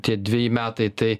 tie dveji metai tai